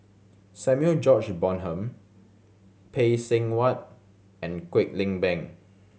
Samuel George Bonham Phay Seng Whatt and Kwek Leng Beng